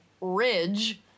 Ridge